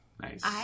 Nice